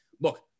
Look